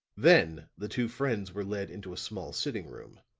then the two friends were led into a small sitting-room,